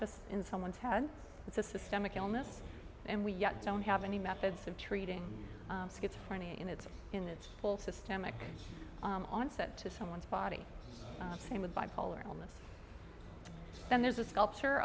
just in someone's head it's a systemic illness and we don't have any methods of treating schizophrenia in its in its full systemic onset to someone's body same with bipolar illness then there's a sculpture